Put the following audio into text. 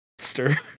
monster